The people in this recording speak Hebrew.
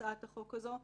הצעת החוק הזאת,